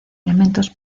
elementos